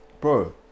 Bro